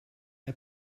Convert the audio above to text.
app